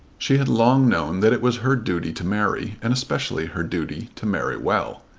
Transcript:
she had long known that it was her duty to marry, and especially her duty to marry well.